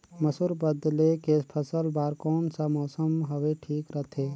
मसुर बदले के फसल बार कोन सा मौसम हवे ठीक रथे?